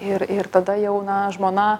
ir ir tada jau na žmona